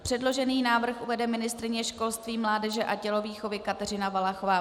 Předložený návrh uvede ministryně školství, mládeže a tělovýchovy Kateřina Valachová.